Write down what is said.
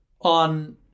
on